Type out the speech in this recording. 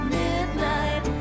midnight